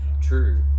True